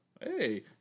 hey